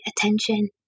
attention